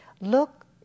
look